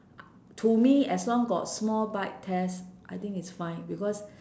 to me as long got small bite test I think it's fine because